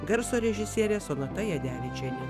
garso režisierė sonata jadevičienė